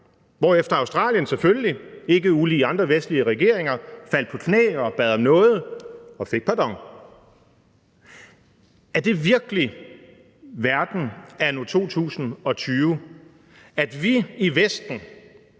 hvorefter Australien selvfølgelig ikke ulig andre vestlige regeringer faldt på knæ og bad om nåde og fik pardon. Er det virkelige verden anno 2020, at det